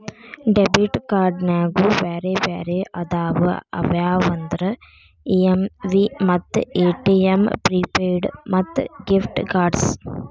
debit ಕ್ಯಾರ್ಡ್ನ್ಯಾಗು ಬ್ಯಾರೆ ಬ್ಯಾರೆ ಅದಾವ ಅವ್ಯಾವಂದ್ರ ಇ.ಎಮ್.ವಿ ಮತ್ತ ಎ.ಟಿ.ಎಂ ಪ್ರಿಪೇಯ್ಡ್ ಮತ್ತ ಗಿಫ್ಟ್ ಕಾರ್ಡ್ಸ್